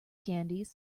candies